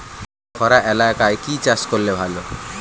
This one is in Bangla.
খরা এলাকায় কি চাষ করলে ভালো?